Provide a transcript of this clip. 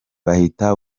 bahita